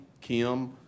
Kim